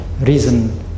reason